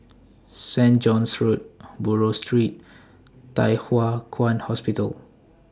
St John's Road Buroh Street and Thye Hua Kwan Hospital